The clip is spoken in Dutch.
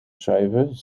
schuiven